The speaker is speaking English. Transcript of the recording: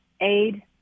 aid